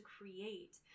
create